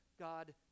God